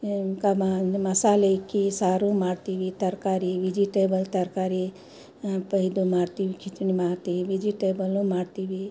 ಕಾ ಮಸಾಲೆ ಇಕ್ಕಿ ಸಾರು ಮಾಡ್ತೀವಿ ತರಕಾರಿ ವೆಜಿಟೇಬಲ್ ತರಕಾರಿ ಪ ಇದು ಮಾಡ್ತೀವಿ ಕಿಚಡಿ ಮಾಡ್ತೀವಿ ವೆಜಿಟೇಬಲ್ಲು ಮಾಡ್ತೀವಿ